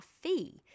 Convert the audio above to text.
fee